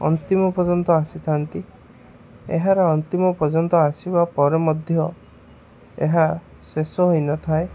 ଅନ୍ତିମ ପର୍ଯ୍ୟନ୍ତ ଆସିଥାନ୍ତି ଏହାର ଅନ୍ତିମ ପର୍ଯ୍ୟନ୍ତ ଆସିବା ପରେ ମଧ୍ୟ ଏହା ଶେଷ ହୋଇନଥାଏ